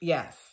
Yes